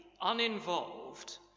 uninvolved